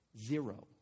zero